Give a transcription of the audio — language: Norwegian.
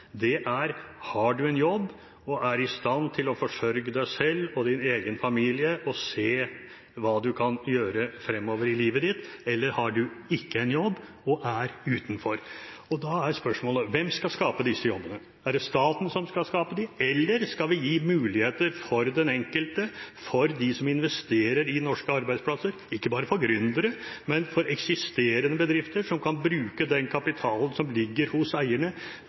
om du har en jobb – er i stand til å forsørge deg selv og din egen familie og se hva du kan gjøre fremover i livet ditt, eller om du ikke har en jobb og er utenfor. Da er spørsmålet: Hvem skal skape disse jobbene? Er det staten som skal skape dem, eller skal vi gi muligheter for den enkelte, for dem som investerer i norske arbeidsplasser? Dette gjelder ikke bare for gründere, men for eksisterende bedrifter som kan bruke den kapitalen som ligger hos eierne,